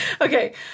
Okay